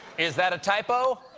is that a typo?